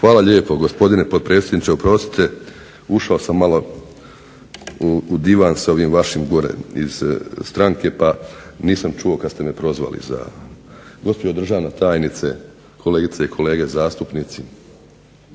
Hvala lijepo gospodine potpredsjedniče. Oprostite, ušao sam malo u divan sa ovim vašim gore iz stranke, pa nisam čuo kad ste me prozvali za. Gospođo državna tajnice, kolegice i kolege zastupnici.